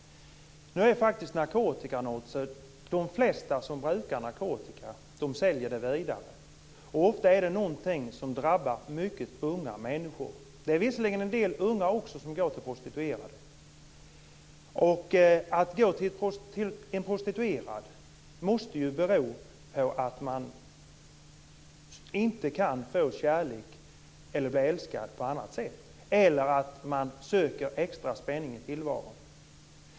De flesta som brukar narkotika säljer den vidare. Ofta är det någonting som drabbar mycket unga människor. Det är visserligen en del unga också som går till prostituerade. Att man går till en prostituerad måste bero på att man inte kan få kärlek eller bli älskad på annat sätt eller på att man söker extra spänning i tillvaron.